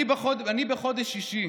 אני בחודש שישי.